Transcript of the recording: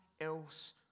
else